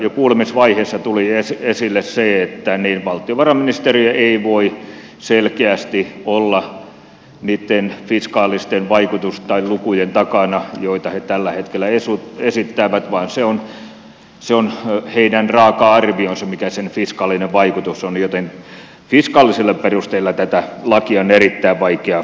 jo kuulemisvaiheessa tuli esille se että valtiovarainministeriö ei voi selkeästi olla niitten fiskaalista vaikutusta koskevien lukujen takana joita he tällä hetkellä esittävät vaan se on heidän raaka arvionsa mikä sen fiskaalinen vaikutus on joten fiskaalisilla perusteilla tätä lakia on erittäin vaikea perustella